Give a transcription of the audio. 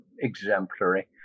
exemplary